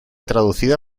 traducida